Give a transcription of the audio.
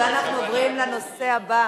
אפשר להוסיף אותי?